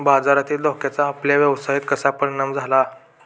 बाजारातील धोक्याचा आपल्या व्यवसायावर कसा परिणाम झाला?